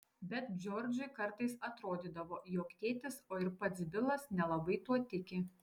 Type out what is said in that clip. bet džordžui kartais atrodydavo jog tėtis o ir pats bilas nelabai tuo tiki